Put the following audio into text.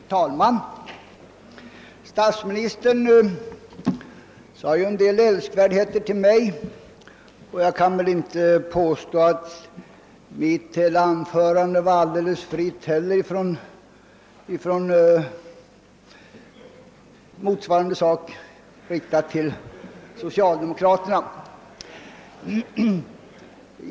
Herr talman! Statsministern sade en del älskvärdheter till mig, och jag kan väl inte påstå att mitt anförande var alldeles fritt från motsvarande saker, riktade till socialdemokraterna.